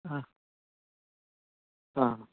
हा हा